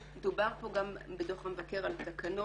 דובר פה גם בדוח המבקר על תקנות.